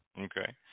Okay